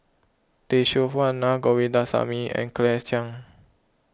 Tay Seow Huah Naa Govindasamy and Claire Chiang